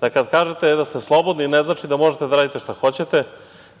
da kad kažete da ste slobodni, ne znači da možete da radite šta hoćete,